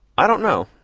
i don't know.